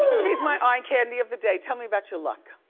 she's my eye candy of the day, tell me about your look.